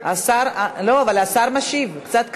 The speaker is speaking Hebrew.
השר משיב, קצת כבוד.